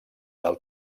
del